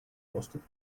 posted